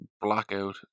blackout